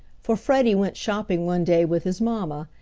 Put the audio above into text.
for freddie went shopping one day with his mamma,